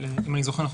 אם אני זוכר נכון,